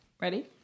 Ready